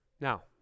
Now